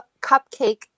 cupcake